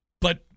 But-